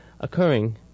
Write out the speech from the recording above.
occurring